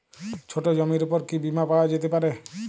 ছোট জমির উপর কি বীমা পাওয়া যেতে পারে?